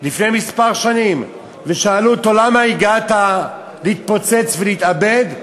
לפני כמה שנים ושאלו אותו: למה הגעת להתפוצץ ולהתאבד?